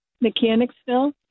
Mechanicsville